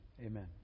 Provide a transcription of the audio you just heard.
Amen